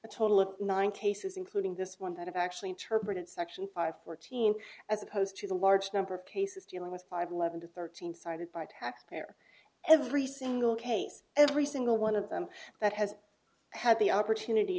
a total of nine cases including this one that have actually interpreted section five fourteen as opposed to the large number of cases dealing with five eleven to thirteen sided by taxpayer every single case every single one of them that has had the opportunity